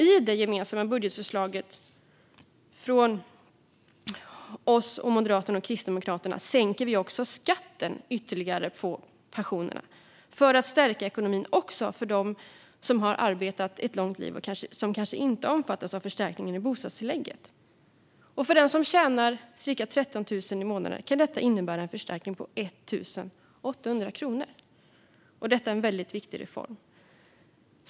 I det gemensamma budgetförslaget från Sverigedemokraterna, Moderaterna och Kristdemokraterna sänker vi också skatten ytterligare på pensionerna för att stärka ekonomin även för dem som har arbetat ett långt liv och som kanske inte omfattas av förstärkningen av bostadstillägget. För den som tjänar cirka 13 000 i månaden kan detta innebära en förstärkning på 1 800 kronor. Det här är en väldigt viktig reform.